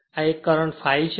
આ એક કરંટ ∅ છે